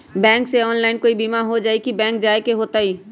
Bank से online कोई बिमा हो जाई कि बैंक जाए के होई त?